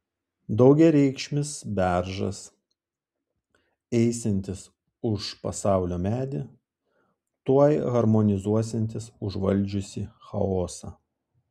daugiareikšmis beržas eisiantis už pasaulio medį tuoj harmonizuosiantis užvaldžiusį chaosą